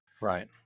Right